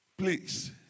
Please